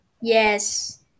Yes